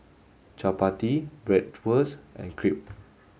Chapati Bratwurst and Crepe